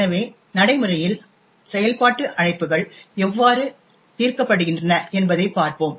எனவே நடைமுறையில் செயல்பாட்டு அழைப்புகள் எவ்வாறு தீர்க்கப்படுகின்றன என்பதைப் பார்ப்போம்